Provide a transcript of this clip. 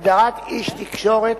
הגדרת איש תקשורת